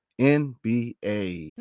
NBA